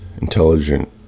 intelligent